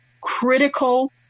critical